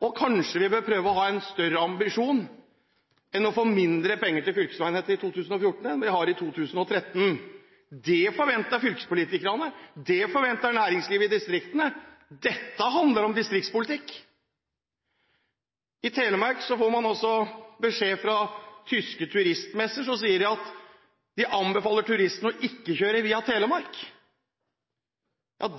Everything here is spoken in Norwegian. ute. Kanskje vi bør prøve å ha en større ambisjon enn å få mindre penger til fylkesveinettet i 2014 enn i 2013. Det forventer fylkespolitikerne. Det forventer næringslivet i distriktene. Dette handler om distriktspolitikk. I Telemark får man beskjed fra tyske turistmesser, som sier at de anbefaler tyskerne å ikke kjøre via Telemark.